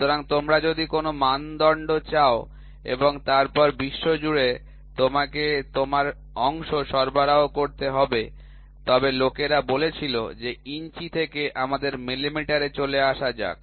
সুতরাং তোমরা যদি কোনও মানদণ্ড চাও এবং তারপর বিশ্বজুড়ে তোমাকে তোমার অংশ সরবরাহ করতে হবে তবে লোকেরা বলেছিল যে ইঞ্চি থেকে আমাদের মিলিমিটারে চলে আসা যাক